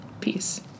peace